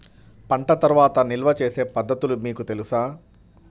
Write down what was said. పంట తర్వాత నిల్వ చేసే పద్ధతులు మీకు తెలుసా?